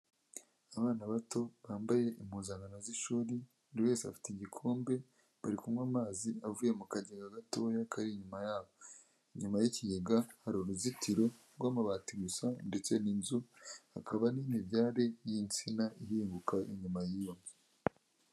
Abana bato bambaye impuzankano z'ishuri buri wese afite igikombe bari kunywa amazi avuye mu kagega gatoya kari inyuma yabo, inyuma y'ikigega hari uruzitiro rw'amabati gusa ndetse n'inzu, hakaba n'imibyare y'insina ihinguka inyuma y'iyo nzu.